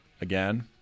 again